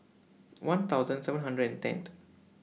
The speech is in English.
one thousand seven hundred and tenth